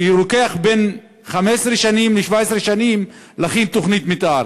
כי לוקח בין 15 שנים ל-17 שנים להכין תוכנית מתאר.